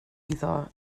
iddo